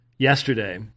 Yesterday